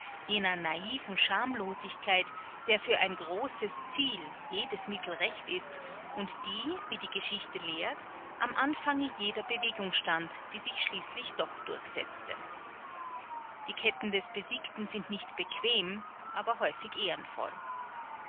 jener naiven schamlosigkeit der für ein großes ziel jedes mittel recht ist und die wie die geschichte lehrt am anfange jeder bewegung stand die sich schließlich doch durchsetzte die ketten des besiegten sind nicht bequem aber häufig ehrenvoll